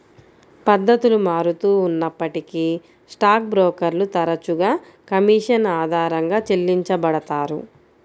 పద్ధతులు మారుతూ ఉన్నప్పటికీ స్టాక్ బ్రోకర్లు తరచుగా కమీషన్ ఆధారంగా చెల్లించబడతారు